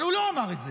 אבל הוא לא אמר את זה.